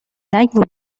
نگو